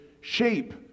shape